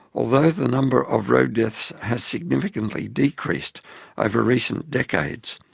although the number of road deaths has significantly decreased over recent decades,